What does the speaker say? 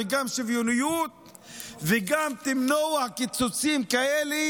גם שוויוניות; גם למנוע קיצוצים כאלה